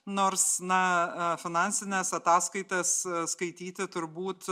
nors na finansines ataskaitas skaityti turbūt